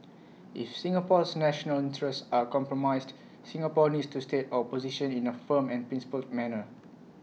if Singapore's national interests are compromised Singapore needs to state our position in A firm and principled manner